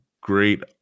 Great